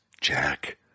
Jack